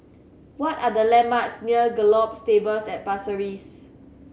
what are the landmarks near Gallop Stables at Pasir Ris